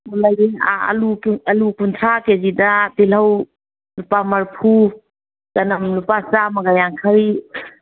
ꯑꯥꯂꯨ ꯀꯨꯟꯊ꯭ꯔꯥ ꯀꯦꯖꯤꯗ ꯇꯤꯜꯍꯧ ꯂꯨꯄꯥ ꯃꯔꯤꯐꯨ ꯆꯅꯝ ꯂꯨꯄꯥ ꯆꯥꯃꯒ ꯌꯥꯡꯈꯩ